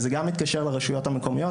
וזה גם מתקשר לרשויות המקומיות,